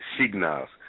signals